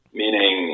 meaning